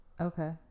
Okay